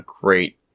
great